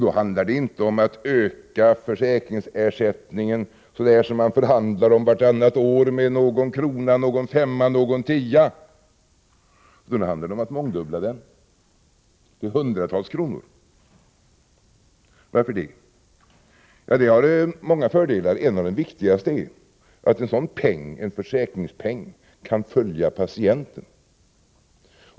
Då handlar det inte om att öka försäkringsersättningen så där som man förhandlar om vartannat år med någon krona, någon femma eller någon tia, utan då handlar det om att mångdubbla den till hundratals kronor. Varför? Det har många fördelar. En av de viktigaste är att en sådan försäkringspeng kan följa patienten.